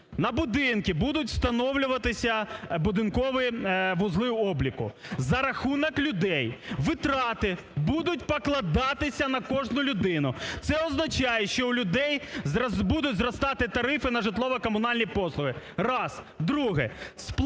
На будинки будуть встановлюватись будинкові вузли обліку за рахунок людей. Витрати будуть покладатись на кожну людину. Це означає, що у людей будуть зростати тарифи на житлово-комунальні послуги. Раз. Друге.